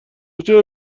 چرا